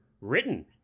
written